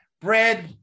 bread